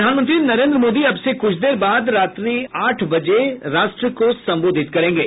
प्रधानमंत्री नरेन्द्र मोदी अब से कुछ देर बाद रात्रि रात आठ बजे राष्ट्र को संबोधित करेंगे